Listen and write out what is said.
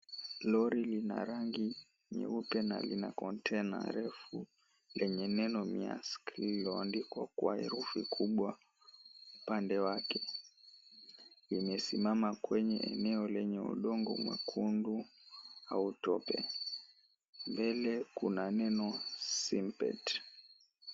Lori lina rangi nyeupe na lina container refu lenye neno Mersk lililoandikwa kwa herufi kubwa upande wake, limesimama kwenye eneo lenye udongo mwekundu au tope, mbele kuna neno Simpet .